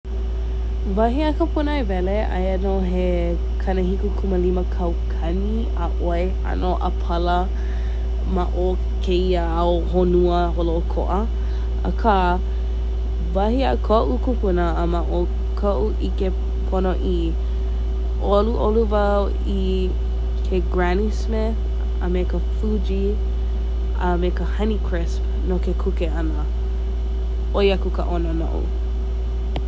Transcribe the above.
Wahi a ka puna he wele aia nō he kanahikukūmālima kaukani ʻaʻoi ʻano ʻapala maʻo kēia ao honua holoʻokoʻa akā wahi a koʻu kūpuna a maʻo kaʻu ʻike ponoʻi. U ʻOluʻolu wau i ke Granny Smith a me ka Fuji a me ka Honey Crisp no kuke ʻana ʻOi aku ka ʻono noʻu.